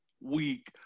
week